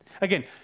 Again